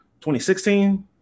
2016